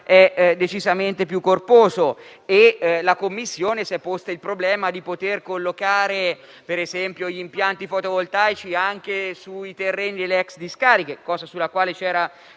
decisamente più corposo e la Commissione si è posta il problema di poter collocare - per esempio - gli impianti fotovoltaici anche sui terreni dell'*ex* discariche, su cui c'era